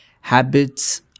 Habits